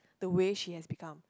the way she has become